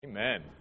Amen